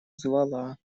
звала